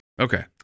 Okay